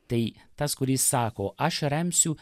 tai tas kuris sako aš remsiu